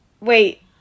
Wait